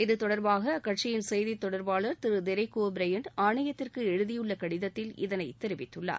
இது தொடர்பாக அக்கட்சியின் செய்தி தொடர்பாளர் திரு டெரிக் ஒ ப்ரெயன் ஆணையத்திற்கு எழுதியுள்ள கடிதத்தில் இதனை தெரிவித்துள்ளார்